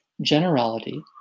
generality